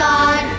God